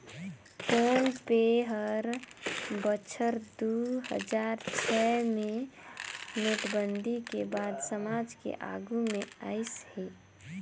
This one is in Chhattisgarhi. फोन पे हर बछर दू हजार छै मे नोटबंदी के बाद समाज के आघू मे आइस हे